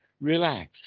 relax